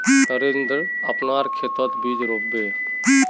नरेंद्रक अपनार खेतत बीज रोप बे